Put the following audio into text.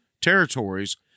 territories